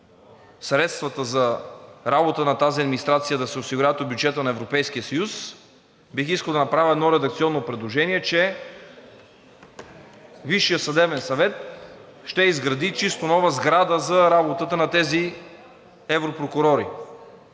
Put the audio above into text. средствата за работа на тази администрация да се осигуряват от бюджета на Европейския съюз. Бих искал да направя едно редакционно предложение, че: „Висшият съдебен съвет ще изгради чисто нова сграда за работата на тези европрокурори.“